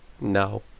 No